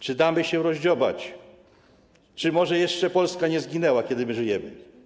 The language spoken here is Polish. Czy damy się rozdziobać, czy może jeszcze Polska nie zginęła, kiedy my żyjemy?